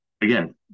again